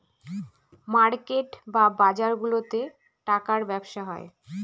market বা বাজারগুলাতে টাকার ব্যবসা হয়